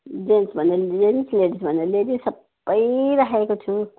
gents भन्यो gents ladies भन्यो ladies सबै राखेको छु